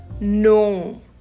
No